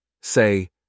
Say